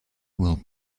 will